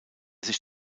sich